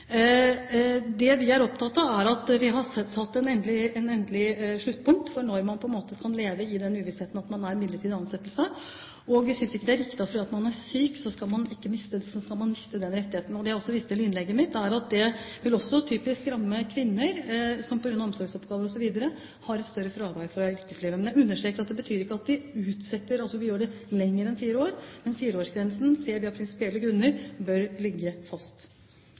Det vi er opptatt av, er at vi har satt et endelig sluttpunkt for når man må leve i uvissheten om at man har midlertidig ansettelse. Og vi synes ikke at det er riktig at fordi man er syk, så skal man miste den rettigheten. Det jeg også viste til i innlegget mitt, er at det vil typisk ramme kvinner som på grunn av omsorgsoppgaver osv. har større fravær fra yrkeslivet. Men jeg understreker at det ikke betyr at vi utsetter, gjør det lenger enn fire år, men fireårsgrensen ser vi av prinsipielle grunner bør ligge fast.